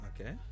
Okay